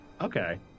Okay